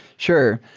sure.